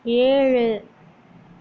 ஏழு